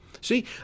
See